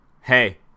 hey